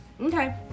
okay